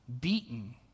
beaten